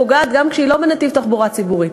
פוגעת גם כשהיא לא בנתיב תחבורה ציבורית.